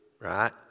right